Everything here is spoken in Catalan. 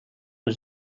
les